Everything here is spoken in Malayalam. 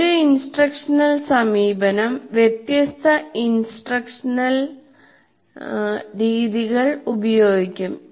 ഒരു ഇൻസ്ട്രക്ഷണൽ സമീപനം വ്യത്യസ്ത ഇൻസ്ട്രക്ഷണൽ രീതികൾ ഉപയോഗിക്കും